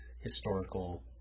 historical